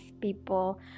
people